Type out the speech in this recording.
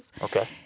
Okay